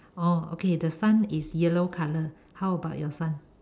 orh okay the sun is yellow color how about your sun